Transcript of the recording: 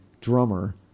drummer